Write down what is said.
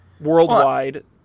worldwide